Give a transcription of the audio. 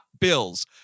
Bills